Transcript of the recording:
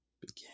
began